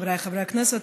חבריי חברי הכנסת,